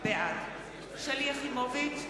בעד שלי יחימוביץ,